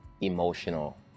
emotional